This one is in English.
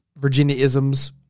Virginia-isms